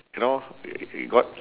you know got